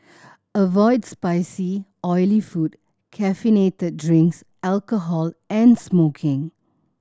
avoids spicy oily food caffeinated drinks alcohol and smoking